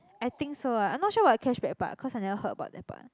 I think so ah I'm not sure about cashback but cause I never heard about that part